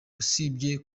usibye